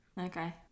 Okay